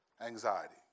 anxiety